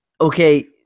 Okay